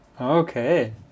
okay